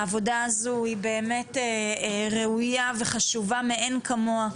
העבודה הזו היא באמת ראויה וחשובה מאין כמוה.